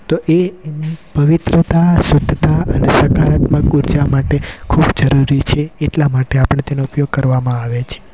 તો એ પવિત્રતા શુદ્ધતા અને સકારાત્મક ઉર્જા માટે ખૂબ જરૂરી છે એટલા માટે આપણે તેનો ઉપયોગ કરવામાં આવે છે